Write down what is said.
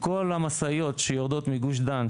כל המשאיות שיורדות מגוש דן,